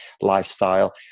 lifestyle